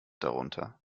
darunter